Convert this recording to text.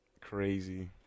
crazy